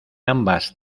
ambas